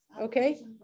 Okay